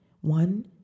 one